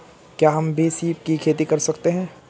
क्या हम भी सीप की खेती कर सकते हैं?